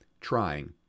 trying